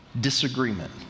disagreement